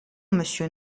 monsieur